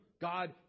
God